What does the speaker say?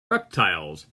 reptiles